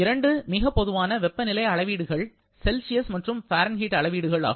இரண்டு மிகப் பொதுவான வெப்பநிலை அளவீடுகள் செல்சியஸ் மற்றும் பாரன்ஹீட் அளவிடுகள் ஆகும்